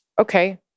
okay